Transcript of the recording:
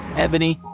ebony,